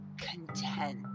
content